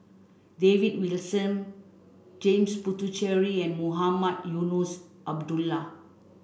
David Wilson James Puthucheary and Mohamed Eunos Abdullah